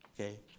Okay